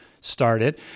started